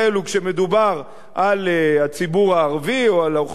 כשמדובר על הציבור הערבי או על האוכלוסייה